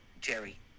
Jerry